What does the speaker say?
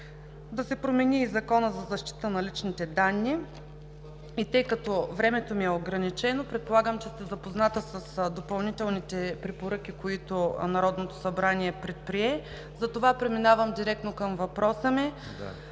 да се промени и Закона за защита на личните данни. Тъй като времето ми е ограничено, предполагам, че сте запозната с допълнителните препоръки, които Народното събрание предприе, затова преминавам директно към въпроса ми: